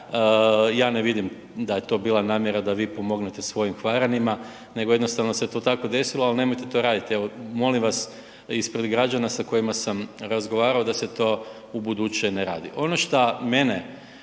ja ne vidim da je to bila namjera da vi pomognete svojim Hvaranima, nego jednostavno se to tako desilo, ali nemojte to radite, evo, molim vas ispred građana sa kojima sad razgovarao da se to ubuduće ne radi.